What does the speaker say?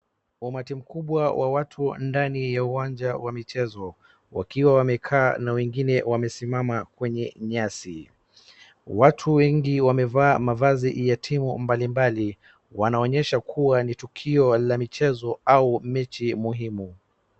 Umati mkubwa wa watu ndani ya uwanja wa michezo wakiwa wamekaa na wengine wamesimama kwenye nyasi. Watu wengi wamevaa mavazi ya timu mbalimbali wanaonyesha kuwa ni tukio la michezo au mechi muhimu.